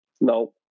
No